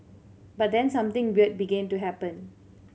but then something weird began to happen